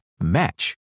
match